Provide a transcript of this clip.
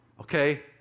Okay